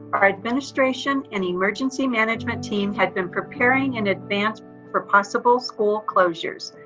our administration and emergency management team had been preparing in advance for possible school closures.